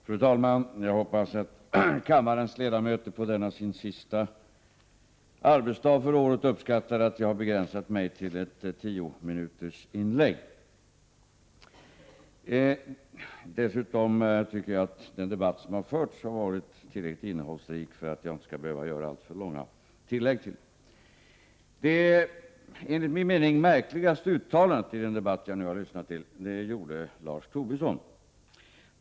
Fru talman! Jag trodde att kammarens ledamöter på denna sin sista arbetsdag för året uppskattar att jag har begränsat mig till ett tiominutersinlägg. Dessutom tycker jag att den debatt som har förts har varit tillräckligt innehållsrik för att jag skall behöva göra alltför långa tillägg till den. Det enligt min mening märkligaste uttalandet i den debatt jag nu har lyssnat till gjorde Lars Tobisson.